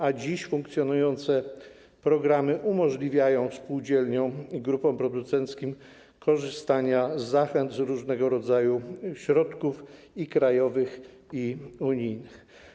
A dziś funkcjonujące programy umożliwiają spółdzielniom i grupom producenckim korzystanie z zachęt, z różnego rodzaju środków i krajowych, i unijnych.